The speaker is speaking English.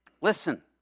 Listen